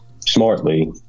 smartly